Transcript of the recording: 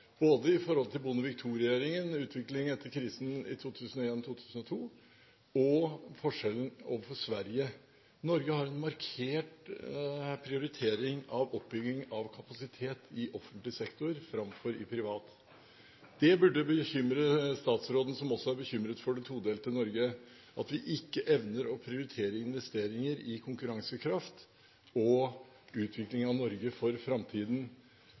både i forhold til Bondevik II-regjeringen og utviklingen etter krisen i 2001–2002 og overfor Sverige. Det er et faktum. Norge har en markert prioritering av oppbygging av kapasitet i offentlig sektor framfor i privat. Det burde bekymre statsråden, som også er bekymret for det todelte Norge, at vi ikke evner å prioritere investeringer i konkurransekraft og utvikling av Norge for framtiden.